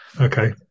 Okay